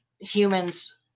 humans